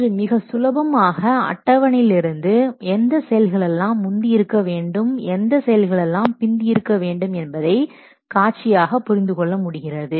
இன்று மிக சுலபமாக அட்டவணையில் இருந்து எந்த செயல்களெல்லாம் முந்தி இருக்க வேண்டும் எந்த செயல்களெல்லாம் பிந்தி இருக்க வேண்டும் என்பதை காட்சியாக புரிந்துகொள்ள முடிகிறது